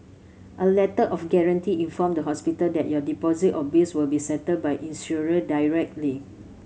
a Letter of Guarantee inform the hospital that your deposit or bills will be settled by insurer directly